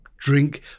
drink